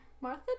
Martha